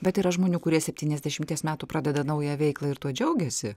bet yra žmonių kurie septyniasdešimties metų pradeda naują veiklą ir tuo džiaugiasi